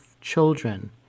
children